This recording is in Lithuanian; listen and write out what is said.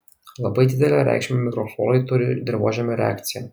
labai didelę reikšmę mikroflorai turi dirvožemio reakcija